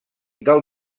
del